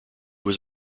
was